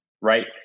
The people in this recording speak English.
Right